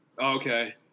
Okay